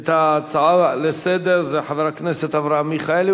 את ההצעה לסדר-היום זה חבר הכנסת אברהם מיכאלי,